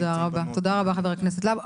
תודה רבה חבר הכנסת להב.